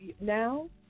now